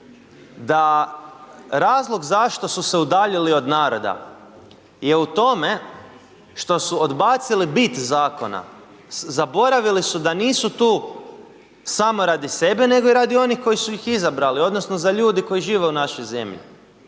da razlog zašto su se udaljili od naroda je u tome što su odbaciti bit zakona, zaboravili su da nisu tu samo radi sebe, nego i radi onih koji su ih izabrali, odnosno za ljude koji žive u našoj zemlji.